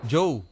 Joe